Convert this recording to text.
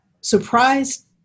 surprised